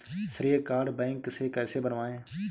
श्रेय card bank से कैसे बनवाएं?